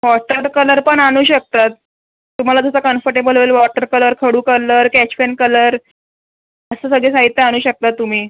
water colour पण आणू शकतात तुम्हाला जसं कम्फटेबल होईल वॉटर कलर खडू कलर केच पेन कलर असं सगळं साहित्य आणू शकता तुम्ही